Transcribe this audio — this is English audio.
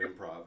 improv